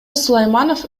сулайманов